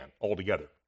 altogether